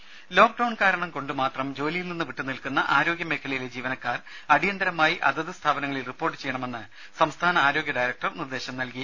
രുമ ലോക്ഡൌൺ കാരണം കൊണ്ട് മാത്രം ജോലിയിൽ നിന്ന് വിട്ടുനിൽക്കുന്ന ആരോഗ്യമേഖലയിലെ ജീവനക്കാർ അടിയന്തരമായി അതത് സ്ഥാപനങ്ങളിൽ റിപ്പോർട്ട് ചെയ്യണമെന്ന് സംസ്ഥാന ആരോഗ്യ ഡയറക്ടർ നിർദേശം നൽകി